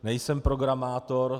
Nejsem programátor.